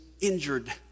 injured